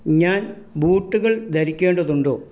ഞാൻ ബൂട്ടുകൾ ധരിക്കേണ്ടതുണ്ടോ